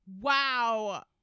wow